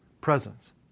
presence